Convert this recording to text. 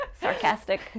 Sarcastic